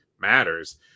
matters